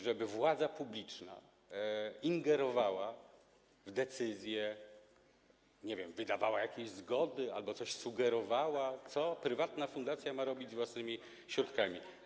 żeby władza publiczna ingerowała w decyzje, nie wiem, wydawała jakieś zgody albo coś sugerowała, co prywatna fundacja ma robić z własnymi środkami.